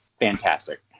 fantastic